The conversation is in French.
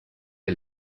est